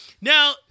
Now